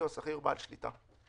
פרק